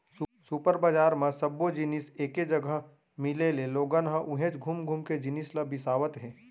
super बजार म सब्बो जिनिस एके जघा मिले ले लोगन ह उहेंच घुम घुम के जिनिस ल बिसावत हे